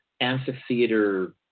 amphitheater